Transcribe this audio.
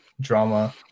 drama